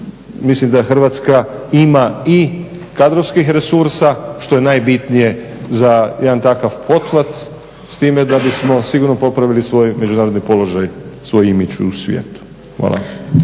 mislim da Hrvatska ima i kadrovskih resursa što je najbitnije za jedan takav pothvat s time da bismo sigurno popravili svoj državni položaj, svoj imidž u svijetu. Hvala